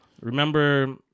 Remember